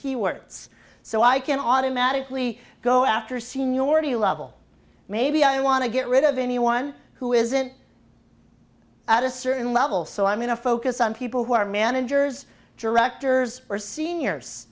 keywords so i can automatically go after seniority level maybe i want to get rid of anyone who isn't at a certain level so i'm going to focus on people who are managers directors or seniors